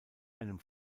einem